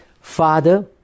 Father